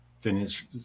Finished